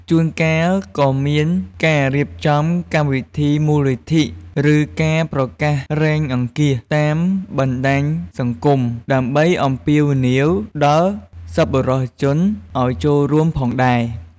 ជួនកាលក៏មានការរៀបចំកម្មវិធីមូលនិធិ ឬការប្រកាសរៃអង្គាសតាមបណ្ដាញសង្គម ដើម្បីអំពាវនាវដល់សប្បុរសជនឱ្យចូលរួមផងដែរ។